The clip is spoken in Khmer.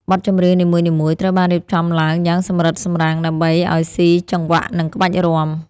បទចម្រៀងនីមួយៗត្រូវបានរៀបចំឡើងយ៉ាងសម្រិតសម្រាំង ដើម្បីឱ្យស៊ីចង្វាក់នឹងក្បាច់រាំ។